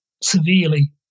severely